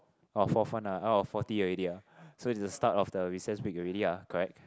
orh fourth one ah orh forty already ah so it's the start of the recess week already ah correct